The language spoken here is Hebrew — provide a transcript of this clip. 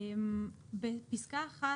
בפסקה (1)